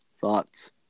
thoughts